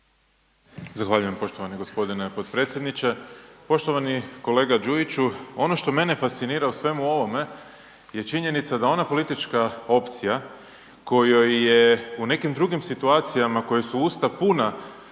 Zahvaljujem poštovani g. potpredsjedniče. Poštovani kolega Đujiću. Ono što mene fascinira u svemu ovome je činjenica da ona politička opcija kojoj je u nekim drugim situacijama koje su usta puna